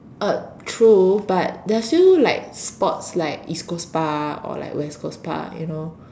uh true but there's still like spots like East Coast Park or like West Coast Park you know